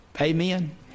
Amen